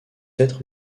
être